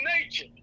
nature